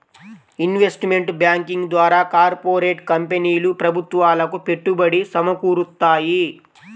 investment banking ద్వారా corporate కంపెనీలు ప్రభుత్వాలకు పెట్టుబడి సమకూరుత్తాయి